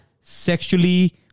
sexually